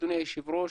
אדוני היושב ראש,